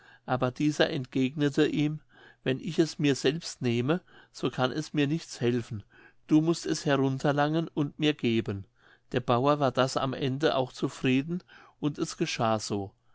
aber dieser entgegnete ihm wenn ich es mir selbst nehme so kann es mir nichts helfen du mußt es herunterlangen und mir geben der bauer war das am ende auch zufrieden und es geschah so